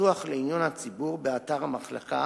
פתוח לעיון הציבור באתר המחלקה.